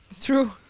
true